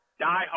diehard